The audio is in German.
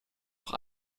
auch